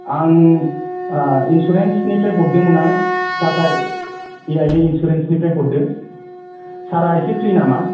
आं इन्सुरेन्सनिफ्राय हरदोंमोन आं टाटा ए आई ए इन्सुरेन्सनिफ्राय हरदों सारआ एसे फ्रि नामा